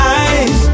eyes